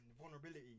vulnerability